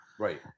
Right